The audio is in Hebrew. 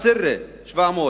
אל-סראיעה,